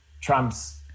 trumps